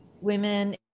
women